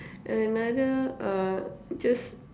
another uh just